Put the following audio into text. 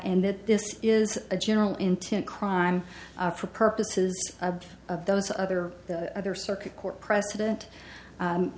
and that this is a general intent crime for purposes of those other the other circuit court precedent